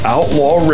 Outlaw